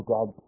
God